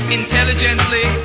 intelligently